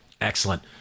Excellent